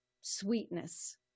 sweetness